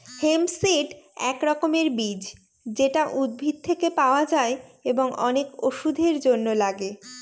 hemp seed এক রকমের বীজ যেটা উদ্ভিদ থেকে পাওয়া যায় এবং অনেক ওষুধের জন্য লাগে